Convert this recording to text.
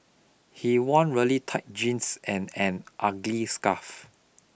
he wore really tight jeans and an ugly scarf